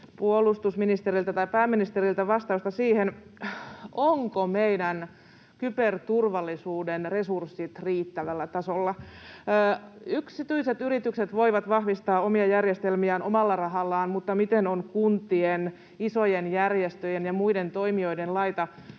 puolustusministeriltä tai pääministeriltä vastausta siihen, ovatko meidän kyberturvallisuutemme resurssit riittävällä tasolla. Yksityiset yritykset voivat vahvistaa omia järjestelmiään omalla rahallaan, mutta miten on kuntien, isojen järjestöjen ja muiden toimijoiden laita?